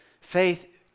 Faith